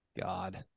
God